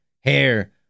Hair